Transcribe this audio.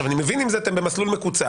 אני מבין אם אתם במסלול מקוצר.